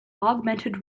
augmented